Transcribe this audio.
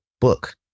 book